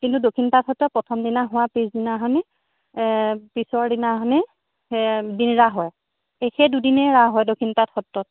কিন্তু দক্ষিণপাট সত্ৰত প্ৰথম দিনা হোৱাৰ পিছদিনাখন পিছৰ দিনাখনেই দিন ৰাস হয় সেই দুদিনেই ৰাস হয় দক্ষিণপাট সত্ৰত